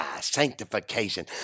sanctification